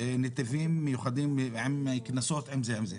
נתיבים מיוחדים עם קנסות ועם זה וזה,